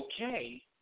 okay